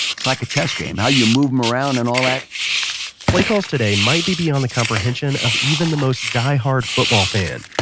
it's like a chess game, how you move em around and all that play calls today might be beyond the comprehension of even the most diehard football fan,